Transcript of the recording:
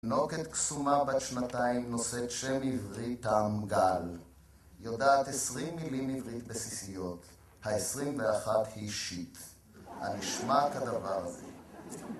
תינוקת קסומה בת שנתיים נושאת שם עברית תם גל, יודעת עשרים מילים עברית בסיסיות, ה-21 היא שיט. הנשמע כדבר הזה?